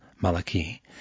Malachi